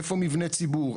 איפה מבני ציבור?